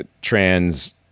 trans